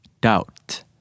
doubt